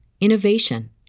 innovation